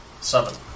Seven